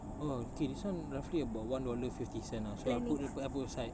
oh okay this [one] roughly about one dollar fifty cent ah so I put I put aside